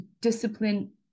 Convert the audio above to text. discipline